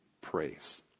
praise